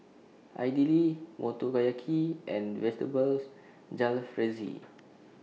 Idili Motoyaki and Vegetables Jalfrezi